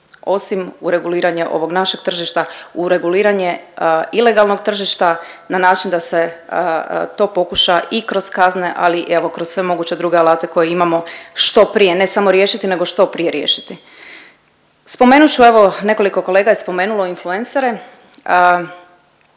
osim u reguliranje ovog našeg tržišta u reguliranje ilegalnog tržišta na način da se to pokuša i kroz kazne, ali evo kroz sve moguće druge alate koje imamo što prije, ne samo riješiti nego što prije riješiti. Spomenut ću, evo nekoliko kolega je spomenulo influencere,